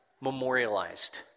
memorialized